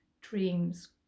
dreams